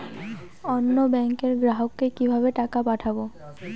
অন্য ব্যাংকের গ্রাহককে কিভাবে টাকা পাঠাবো?